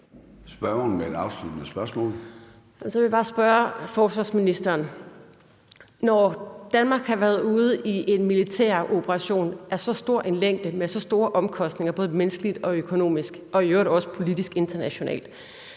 spørgsmål. Kl. 13:07 Trine Pertou Mach (EL): Så vil jeg bare spørge forsvarsministeren: Når Danmark har været ude i en militæroperation af så stor en længde og med så store omkostninger både menneskeligt, økonomisk og i øvrigt også politisk internationalt